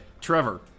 Trevor